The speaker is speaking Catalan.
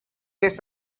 vés